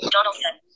Donaldson